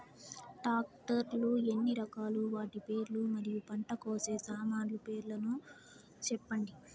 Tractor లు ఎన్ని రకాలు? వాటి పేర్లు మరియు పంట కోసే సామాన్లు పేర్లను సెప్పండి?